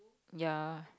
ya